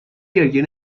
گریه